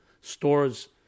stores